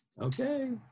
Okay